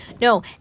No